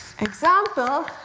example